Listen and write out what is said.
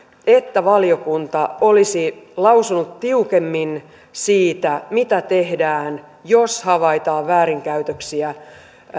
että valiokunta olisi lausunut tiukemmin siitä mitä tehdään jos havaitaan väärinkäytöksiä